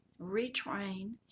retrain